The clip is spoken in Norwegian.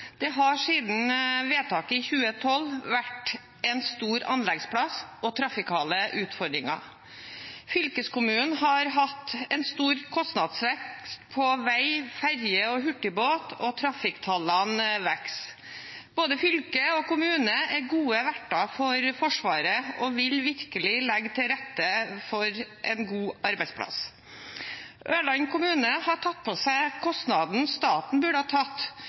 Det har siden vedtaket i 2012 vært en stor anleggsplass og trafikale utfordringer. Fylkeskommunen har hatt en stor kostnadsvekst på vei, ferje og hurtigbåt, og trafikktallene vokser. Både fylket og kommunen er gode verter for Forsvaret og vil virkelig legge til rette for en god arbeidsplass. Ørland kommune har tatt på seg kostnaden staten burde tatt